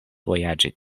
vojaĝi